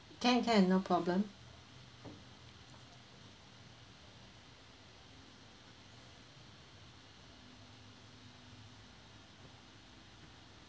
can can no problem